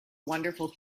wonderful